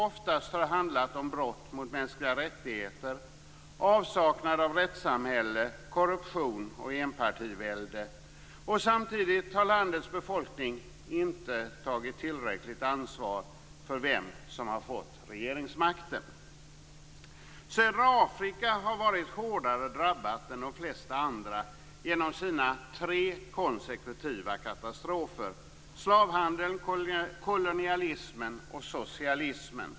Oftast har det handlat om brott mot mänskliga rättigheter, avsaknad av ett rättssamhälle, korruption och enpartivälde. Samtidigt har landets befolkning inte tagit tillräckligt ansvar för vem som har fått regeringsmakten. Södra Afrika har varit hårdare drabbat än de flesta andra på grund av sina tre konsekutiva katastrofer - slavhandeln, kolonialismen och socialismen.